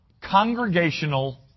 congregational